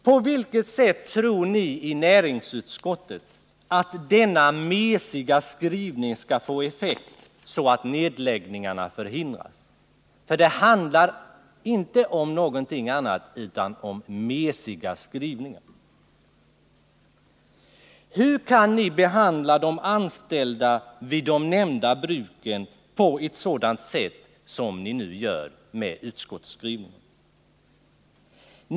På vilket sätt tror ni i näringsutskottet att denna mesiga skrivning skall få effekt så att nedläggningarna förhindras? Det handlar nämligen inte om någonting annat än mesiga skrivningar. Hur kan ni behandla de anställda vid de nämnda bruken på ett sådant sätt som ni nu gör med utskottsskrivningen?